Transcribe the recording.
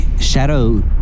shadow